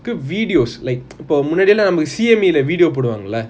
videos like இப்போ முன்னாடிலாம் நம்மளுக்கு:ipo munadilam namaluku video போடுவார்களா:poduvangala